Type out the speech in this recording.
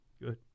Good